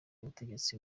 ubutegetsi